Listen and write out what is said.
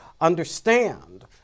understand